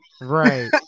Right